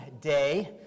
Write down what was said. day